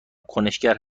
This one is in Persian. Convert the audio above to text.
کنشگر